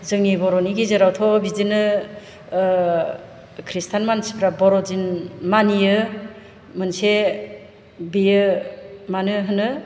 जोंनि बर'नि गेजेरावथ' बिदिनो ख्रिस्टान मानसिफ्रा बर'दिन मानियो मोनसे बियो मा होनो